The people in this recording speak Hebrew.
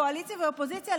קואליציה ואופוזיציה,